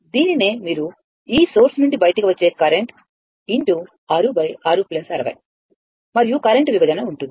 దీనినే మీరు ఈ సోర్స్ నుండి బయటకు వచ్చే కరెంట్x 6660 మరియు కరెంట్ విభజన ఉంటుంది